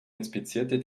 inspizierte